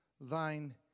thine